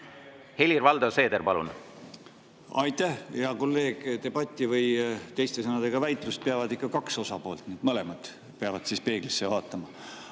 Helir-Valdor Seeder, palun! Aitäh, hea kolleeg! Debatti või teise sõnaga väitlust peavad ikka kaks osapoolt, nii et mõlemad peavad siis peeglisse vaatama.